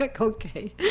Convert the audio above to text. Okay